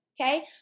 Okay